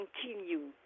continue